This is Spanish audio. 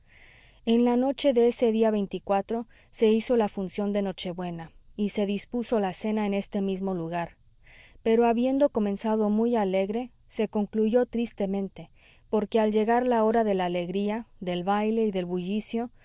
en la noche de ese día se hizo la función de nochebuena y se dispuso la cena en este mismo lugar pero habiendo comenzado muy alegre se concluyó tristemente porque al llegar la hora de la alegría del baile y del bullicio todo